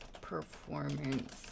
performance